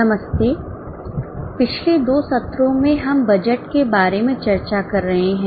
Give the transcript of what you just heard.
नमस्ते पिछले दो सत्रों में हम बजट के बारे में चर्चा कर रहे हैं